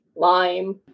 lime